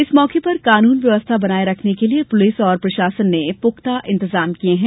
इस मौके पर कानून व्यवस्था बनाये रखने के लिए पुलिस और प्रशासन ने पुख्ता इंतजाम किये हैं